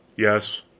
yes.